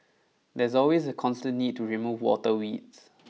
there's always a constant need to remove water weeds